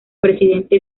presidente